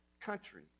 country